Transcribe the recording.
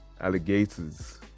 alligators